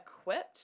equipped